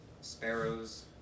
sparrows